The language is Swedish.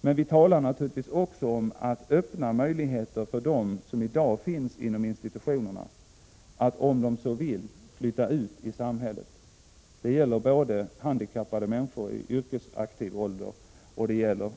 Men vi talar naturligtvis också om att öppna möjligheter för dem som i dag finns inom institutionerna att, om de så vill, flytta ut i samhället. Det gäller både handikappade människor i yrkesaktiv ålder och